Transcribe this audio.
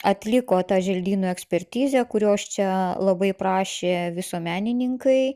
atliko tą želdynų ekspertizę kurios čia labai prašė visuomenininkai